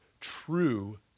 true